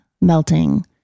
melting